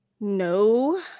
No